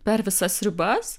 per visas ribas